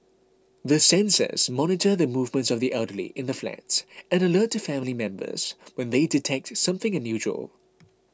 the sensors monitor the movements of the elderly in the flats and alert family members when they detect something unusual